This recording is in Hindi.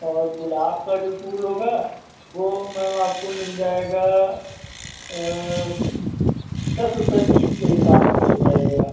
और गुलाब का जो फूल होगा वह मैम आपको मिल जाएगा दस रुपये पीस के हिसाब से मिल जाएगा